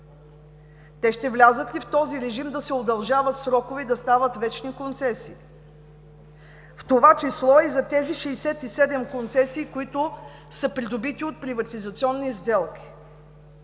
те ще влязат ли в този режим да се удължават срокове и да стават вечни концесии? В това число и за тези 67 концесии, които са придобити от приватизационни сделки?